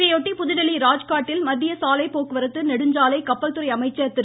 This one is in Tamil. இதையொட்டி புதுதில்லி ராஜ்காட்டில் மத்திய சாலை போக்குவரத்து நெடுஞ்சாலை கப்பல்துறை அமைச்சர் திரு